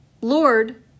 Lord